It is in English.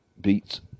beats